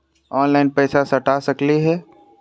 Online पैसा सटा सकलिय है?